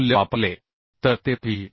चे मूल्य वापरले तर ते Pi